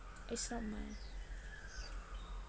it's not mine